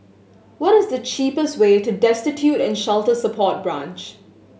what is the cheapest way to Destitute and Shelter Support Branch